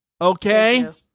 Okay